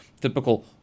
typical